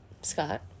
Scott